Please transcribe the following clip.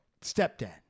Stepdad